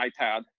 iPad